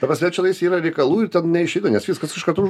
ta prasme čianais yra reikalų ir ten neišeina nes viskas iškart už